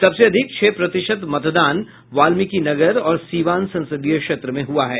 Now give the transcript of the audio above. सबसे अधिक छह प्रतिशत मतदान वाल्मीकि नगर और सीवान संसदीय क्षेत्र में हुआ है